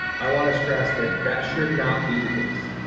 i wanna stress that that should not be the case.